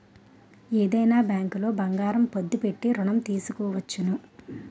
ఏదైనా బ్యాంకులో బంగారం పద్దు పెట్టి ఋణం తీసుకోవచ్చును